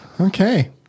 Okay